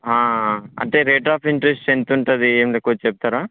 అంటే rate of interest ఎంత ఉంటుంది ఏంటి కొంచెం చెప్తారా